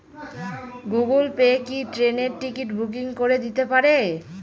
Google pay কি ট্রেনের ticket booking করে দিতে পারে?